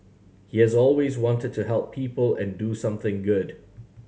he has always wanted to help people and do something good